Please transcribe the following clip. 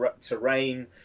terrain